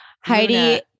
heidi